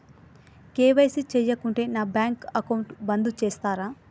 KYC చేయకుంటే నా bank account బంద్ చేస్తరా?